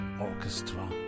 orchestra